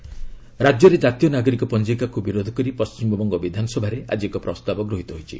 WB NRC ରାଜ୍ୟରେ କାତୀୟ ନାଗରିକ ପଞ୍ଜିକାକୁ ବିରୋଧ କରି ପଣ୍ଟିମବଙ୍ଗ ବିଧାନସଭାରେ ଆଜି ଏକ ପ୍ରସ୍ତାବ ଗୃହୀତ ହୋଇଛି